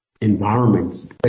environments